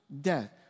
death